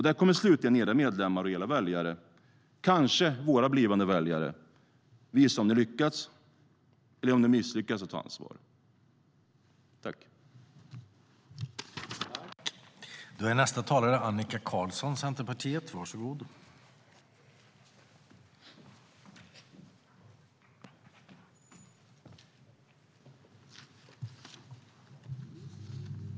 Där kommer slutligen era medlemmar, era väljare, kanske våra blivande väljare, att visa om ni har lyckats eller har misslyckats med att ta ansvar.I detta anförande instämde Paula Bieler .